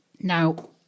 Now